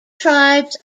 tribes